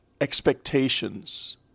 expectations